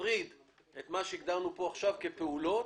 שנפריד את מה שהגדרנו פה עכשיו כפעולות.